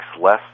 less